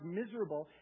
miserable